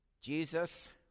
Jesus